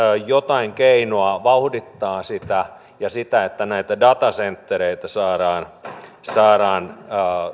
jotain keinoa vauhdittaa sitä ja että näitä datacentereitä saadaan saadaan